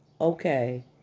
okay